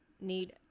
need